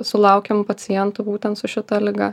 sulaukiam pacientų būtent su šita liga